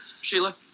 Sheila